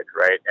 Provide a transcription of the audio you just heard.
right